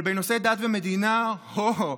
אבל בנושא דת ומדינה, הו,